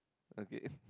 okay